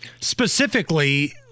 specifically